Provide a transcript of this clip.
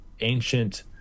ancient